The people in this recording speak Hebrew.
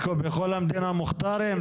אז בכל המדינה מוכתרים?